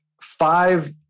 five